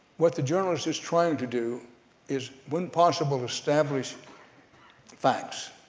what the journalist is trying to do is when possible establish facts.